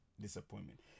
Disappointment